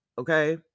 okay